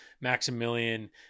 maximilian